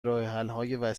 راهحلهای